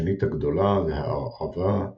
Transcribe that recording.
השנית הגדולה והערברבה השעירה,